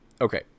okay